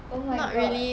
oh my god